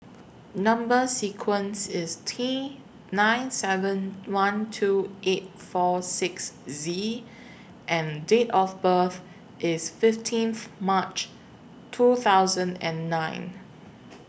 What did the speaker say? Number sequence IS T nine seven one two eight four six Z and Date of birth IS fifteenth March two thousand and nine